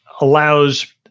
allows